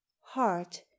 Heart